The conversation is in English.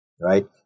right